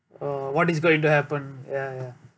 oh what is going to happen ya ya